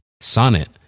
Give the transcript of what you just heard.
Sonnet